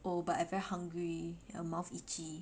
oh but I very hungry my mouth itchy